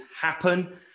happen